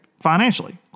financially